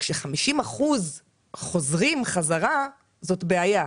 כש-50% חוזרים חזרה זאת בעיה.